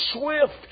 swift